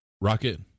Rocket